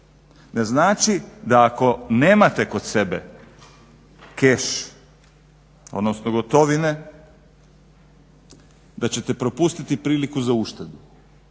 Ne znači da ako nemate kod sebe keš, odnosno gotovine, da ćete propustiti priliku za uštedu.